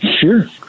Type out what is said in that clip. Sure